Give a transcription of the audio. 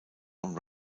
und